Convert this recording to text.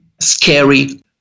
scary